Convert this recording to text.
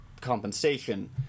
compensation